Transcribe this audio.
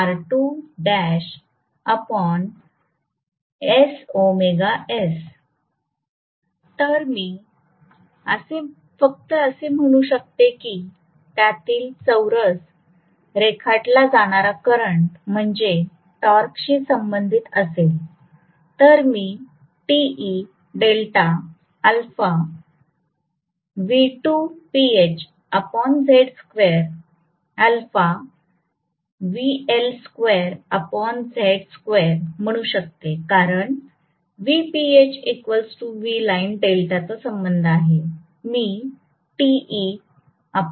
तर मी फक्त असे म्हणू शकते की त्यातील चौरस रेखाटला जाणारा करंट म्हणजे टॉर्कशी संबंधित असेल तर मी म्हणू शकते कारण डेल्टाचा संबंध आहे